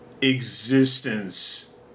existence